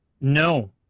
No